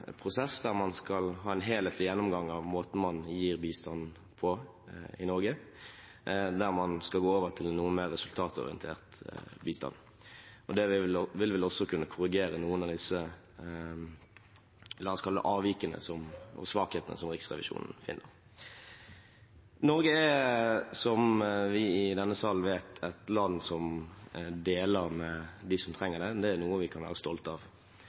prosess der man skal ha en helhetlig gjennomgang av måten man i Norge gir bistand på. Man skal gå over til en noe mer resultatorientert bistand. Det vil vel også kunne korrigere noen av disse – la oss kalle det – avvikene og svakhetene som Riksrevisjonen har funnet. Norge er – som vi i denne salen vet – et land som deler med dem som trenger det. Det er noe vi kan være stolt av.